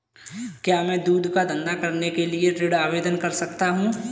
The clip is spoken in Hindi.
क्या मैं दूध का धंधा करने के लिए ऋण आवेदन कर सकता हूँ?